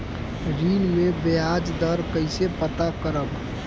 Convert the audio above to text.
ऋण में बयाज दर कईसे पता करब?